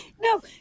No